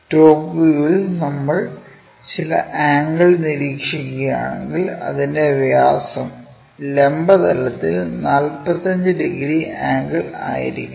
top വ്യൂവിൽ നമ്മൾ ചില ആംഗിൾ നിരീക്ഷിക്കുകയാണെങ്കിൽ അതിൻറെ വ്യാസം ലംബ തലത്തിൽ 45 ഡിഗ്രി ആംഗിളിൽ ആയിരിക്കണം